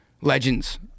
legends